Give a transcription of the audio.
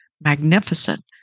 magnificent